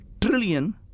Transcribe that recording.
trillion